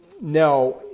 Now